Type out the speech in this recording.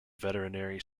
veterinary